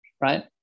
right